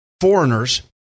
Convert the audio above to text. foreigners